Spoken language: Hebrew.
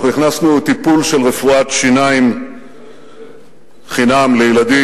אנחנו הכנסנו טיפול של רפואת שיניים חינם לילדים,